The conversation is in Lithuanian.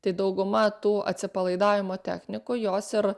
tai dauguma tų atsipalaidavimo technikų jos ir